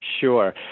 Sure